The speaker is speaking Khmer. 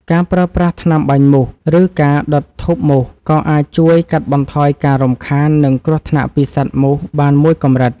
ការប្រើប្រាស់ថ្នាំបាញ់មូស ឬការដុតធូបមូសក៏អាចជួយកាត់បន្ថយការរំខាន និងគ្រោះថ្នាក់ពីសត្វមូសបានមួយកម្រិត។